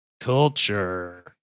culture